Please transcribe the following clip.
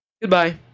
Goodbye